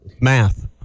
Math